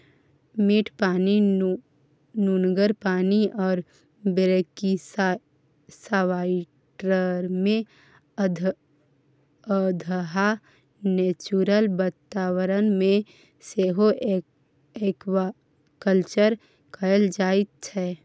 मीठ पानि, नुनगर पानि आ ब्रेकिसवाटरमे अधहा नेचुरल बाताबरण मे सेहो एक्वाकल्चर कएल जाइत छै